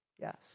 Yes